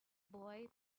boy